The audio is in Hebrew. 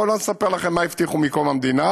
בואו לא נספר לכם מה הבטיחו מקום המדינה.